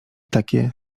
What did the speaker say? takie